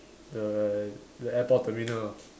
the the airport terminal